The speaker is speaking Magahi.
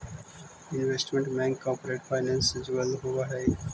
इन्वेस्टमेंट बैंक कॉरपोरेट फाइनेंस से जुड़ल होवऽ हइ